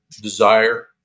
desire